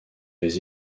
les